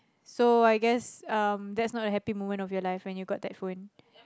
so I guess um that's not a happy moment of your life when you got that phone